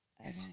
Okay